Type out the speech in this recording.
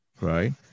right